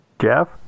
Jeff